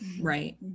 Right